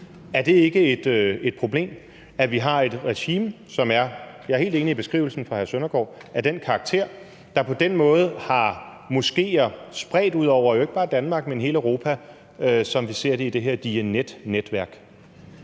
Er det ikke et problem, at vi har et regime, som er – jeg er helt enig i beskrivelsen fra hr. Søren Søndergaard – af den karakter, der på den måde har moskéer spredt ud over jo ikke bare Danmark, men hele Europa, som vi ser det i det her Diyanet-netværk?